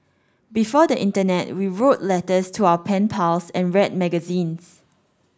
before the internet we wrote letters to our pen pals and read magazines